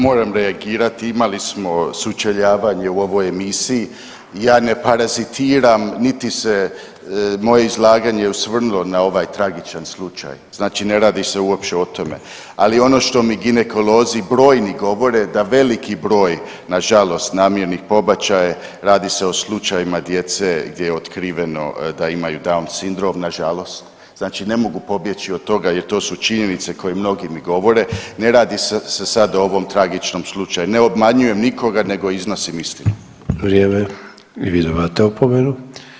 Moram reagirat, imali smo sučeljavanje u ovoj emisiji, ja ne parazitiram niti se moje izlaganje osvrnulo na ovaj tragičan slučaj, znači ne radi se uopće o tome, ali ono što mi ginekolozi broji govore da veliki broj nažalost namjernih pobačaja radi se o slučajevima djece gdje je otkriveno da imaju down sindrom nažalost znači ne mogu pobjeći od toga jer to su činjenice koje mnogi mi govore, ne radi se sad o ovom tragičnom slučaju, ne obmanjujem nikoga nego iznosim istinu.